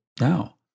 now